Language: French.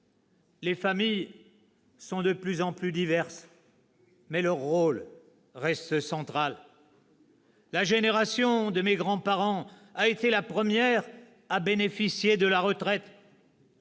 Les familles sont de plus en plus diverses, mais leur rôle reste central. La génération de mes grands-parents a été la première à bénéficier de la retraite.